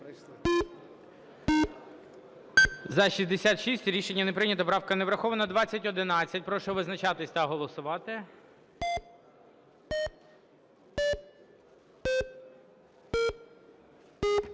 За-66 Рішення не прийнято. Правка не врахована. 2011. Прошу визначатись та голосувати.